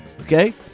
okay